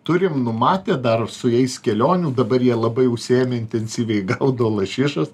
turim numatę dar su jais kelionių dabar jie labai užsiėmę intensyviai gaudo lašišas